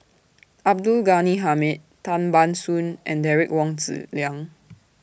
Abdul Ghani Hamid Tan Ban Soon and Derek Wong Zi Liang